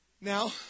Now